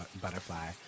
butterfly